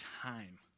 time